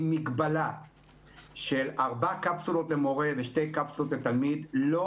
עם מגבלה של ארבע קפסולות למורה ושתי קפסולות לתלמיד לא